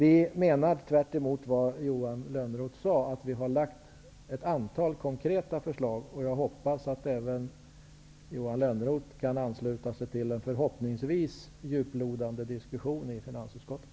Tvärtemot vad Johan Lönnroth sade menar vi att vi har lagt ett antal konkreta förslag. Jag hoppas att även Johan Lönnroth kan ansluta sig till en förhoppningsvis djuplodande diskussion i finansutskottet.